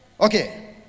Okay